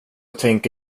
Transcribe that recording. tänka